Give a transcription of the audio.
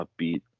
upbeat